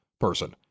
person